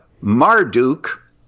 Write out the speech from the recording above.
Marduk